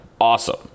awesome